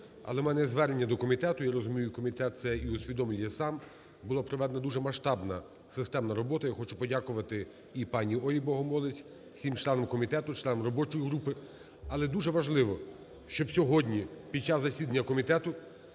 Але у мене є звернення до комітету, я розумію, комітет це і усвідомлює сам, була проведена дуже масштабна, системна робота. Я хочу подякувати і пані Олі Богомолець, всім членам комітету, членам робочої групи. Але дуже важливо, щоб сьогодні під час засідання комітету